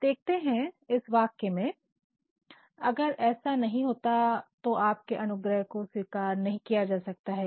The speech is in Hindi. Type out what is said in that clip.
तो अब देखते हैं इस वाक्य में " अगर ऐसा नहीं होता तो आपके अनुग्रह को स्वीकार नहीं किया जा सकता है